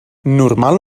normal